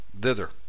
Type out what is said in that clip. thither